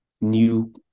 new